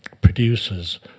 producers